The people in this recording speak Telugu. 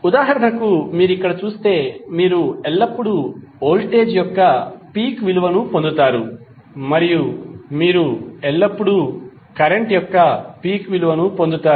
ఉదాహరణకు మీరు ఇక్కడ చూస్తే మీరు ఎల్లప్పుడూ వోల్టేజ్ యొక్క పీక్ విలువను పొందుతారు మరియు మీరు ఎల్లప్పుడూ కరెంట్ యొక్క పీక్ విలువను పొందుతారు